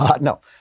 No